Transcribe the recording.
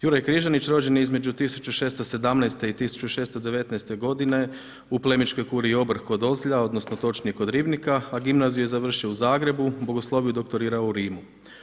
Juraj Križanić rođen je između 1617. i 1619. godine u plemićkoj Kuriji Obrh kod Ozlja, odnosno točnije kod Ribnika a gimnaziju je završio u Zagrebu, bogosloviju i doktorirao u Rimu.